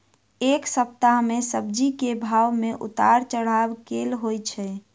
एक सप्ताह मे सब्जी केँ भाव मे उतार चढ़ाब केल होइ छै?